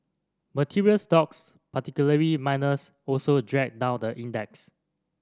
material stocks particularly miners also dragged down the index